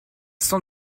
sens